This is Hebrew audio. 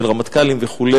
של רמטכ"לים וכו',